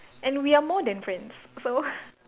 and we are more than friends so